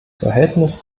verhältnis